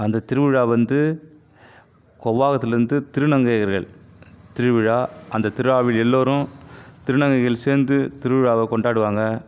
அந்த திருவிழா வந்து கூவ்வாகத்துலருந்து திருநங்கையர்கள் திருவிழா அந்த திருவிழாவில் எல்லாேரும் திருநங்கைகள் சேர்ந்து திருவிழாவ கொண்டாடுவாங்க